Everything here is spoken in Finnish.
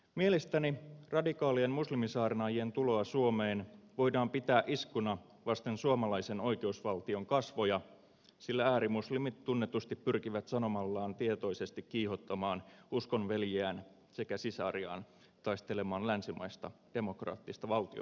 mielestäni radikaalien muslimisaarnaajien tuloa suomeen voidaan pitää iskuna vasten suomalaisen oikeusvaltion kasvoja sillä äärimuslimit tunnetusti pyrkivät sanomallaan tietoisesti kiihottamaan uskonveljiään sekä sisariaan taistelemaan länsimaista demokraattista valtiomuotoa vastaan